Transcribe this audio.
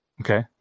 okay